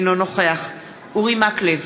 אינו נוכח אורי מקלב,